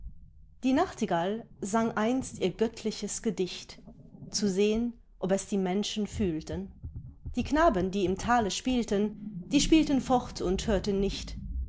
die nachtigall sang einst ihr göttliches gedicht zu sehn ob es die menschen fühlten die knaben die im tale spielten die spielten fort und hörten nicht